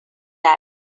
that